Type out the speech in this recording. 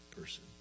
person